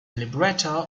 libretto